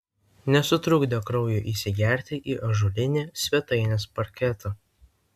nesutrukdė kraujui įsigerti į ąžuolinį svetainės parketą